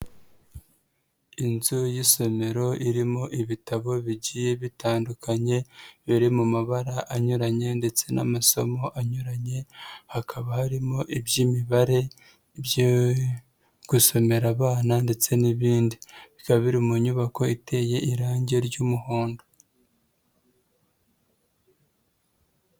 Inzu y'isomero irimo ibitabo bigiye bitandukanye, biri mu mabara anyuranye ndetse n'amasomo anyuranye, hakaba harimo iby'imibare, ibyo gusomera abana ndetse n'ibindi. Bikaba biri mu nyubako iteye irangi ry'umuhondo.